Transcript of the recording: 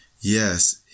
yes